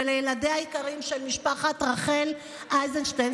ולילדיה היקרים של משפחת רחל אייזנשטדט,